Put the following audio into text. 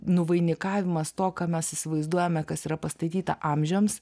nuvainikavimas to ką mes įsivaizduojame kas yra pastatyta amžiams